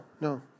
no